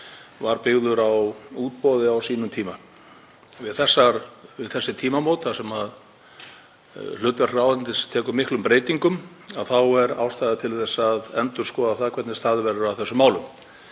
var byggður á útboði á sínum tíma. Við þessi tímamót þar sem hlutverk ráðuneytis tekur miklum breytingum er ástæða til að endurskoða það hvernig staðið verður að þessum málum.